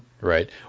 Right